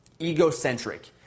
Egocentric